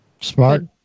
Smart